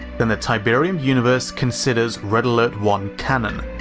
then the tiberium universe considers red alert one canon,